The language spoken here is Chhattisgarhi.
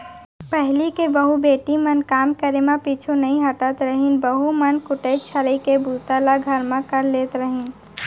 पहिली के बहू बेटी मन काम करे म पीछू नइ हटत रहिन, बहू मन कुटई छरई के बूता ल घर म कर लेत रहिन